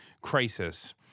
crisis